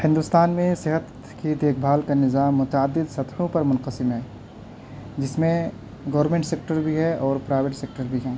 ہندوستان میں صحت کی دیکھ بھال کا نظام متعدد سطحوں پر منقسم ہے جس میں گورنمنٹ سیکٹر بھی ہے اور پرائیوٹ سیکٹر بھی ہیں